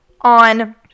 on